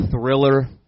thriller